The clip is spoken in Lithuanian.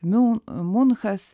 miu munchas